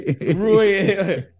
Rui